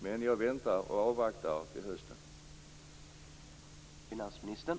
Men jag väntar och avvaktar till hösten.